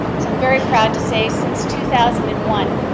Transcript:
so, i'm very proud to say, since two thousand and one,